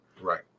Right